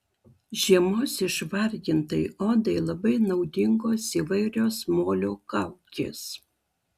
žiemos išvargintai odai labai naudingos įvairios molio kaukės